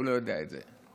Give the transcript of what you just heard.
הוא לא יודע את זה.